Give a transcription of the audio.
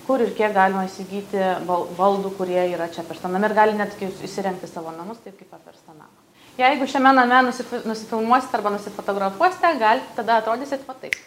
kur ir kiek galima įsigyti bal baldų kurie yra čia tame name ir gali netgi įsirengti savo namus taip kaip apversto namo jeigu šiame name nusi nusifilmuosit arba nusifotografuosite galit tada atrodysit va taip